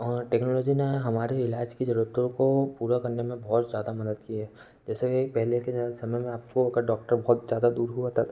और टेक्नोलोज़ी ने हमारे इलाज की जरूरतों को पूरा करने में बहुत ज़्यादा मदद की है जैसे पहले के समय में आपको डौक्टर बहुत ज़्यादा दूर हुआ